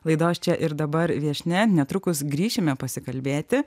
laidos čia ir dabar viešnia netrukus grįšime pasikalbėti